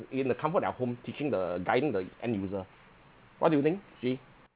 in the comfort of their home teaching the guiding the end user what do you think jay